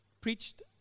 preached